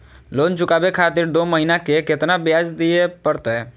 Loan चुकाबे खातिर दो महीना के केतना ब्याज दिये परतें?